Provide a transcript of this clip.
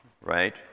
right